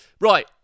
Right